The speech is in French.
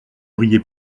riait